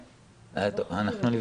של כל הנשים שהוצאו לחל"ת?